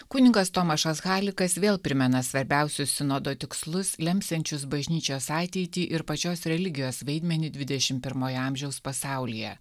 kunigas tomašas halikas vėl primena svarbiausius sinodo tikslus lemsiančius bažnyčios ateitį ir pačios religijos vaidmenį dvidešimt pirmojo amžiaus pasaulyje